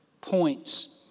points